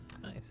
nice